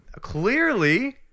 clearly